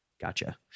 gotcha